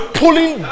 pulling